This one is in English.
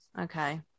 Okay